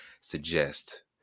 suggest